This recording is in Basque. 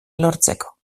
lortzeko